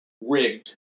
rigged